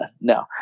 no